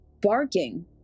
barking